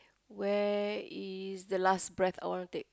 where is the last breath I wanna take